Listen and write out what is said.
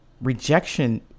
rejection